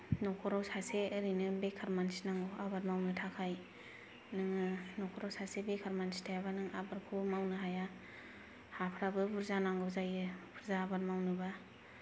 न'खराव सासे ओरैनो बेखार मानसि नांगौ आबाद मावनो थाखाय नोङो न'खराव सासे बेखार मानसि थायाबा नों आबादखौ मावनो हाया हाफ्राबो बुरजा नांगौ जायो बुरजा आबाद मावनोबा